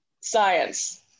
science